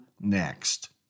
next